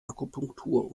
akupunktur